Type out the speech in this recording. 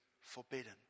forbidden